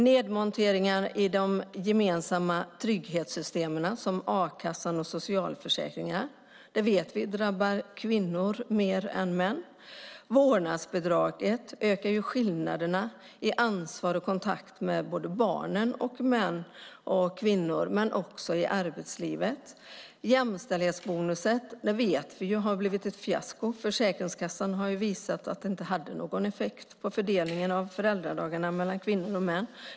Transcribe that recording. Nedmonteringar av de gemensamma trygghetssystemen, som a-kassan och socialförsäkringarna, vet vi drabbar kvinnor mer än män. Vårdnadsbidraget ökar skillnaderna i ansvar och kontakt med både barn och män för kvinnor men också i arbetslivet. Jämställdhetsbonusen vet vi har blivit ett fiasko. Försäkringskassan har visat att den inte hade någon effekt på fördelningen av föräldradagarna mellan kvinnor och män.